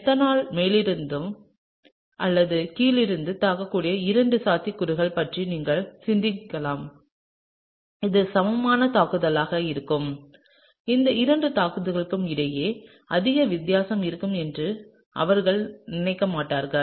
methanol மேலிருந்து அல்லது கீழிருந்து தாக்கக்கூடிய இரண்டு சாத்தியக்கூறுகளைப் பற்றி இங்கே நீங்கள் சிந்திக்கலாம் இது சமமான தாக்குதலாக இருக்கும் இந்த இரண்டு தாக்குதல்களுக்கும் இடையே அதிக வித்தியாசம் இருக்கும் என்று அவர்கள் நினைக்க மாட்டார்கள்